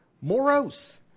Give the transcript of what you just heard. Moros